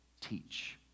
teach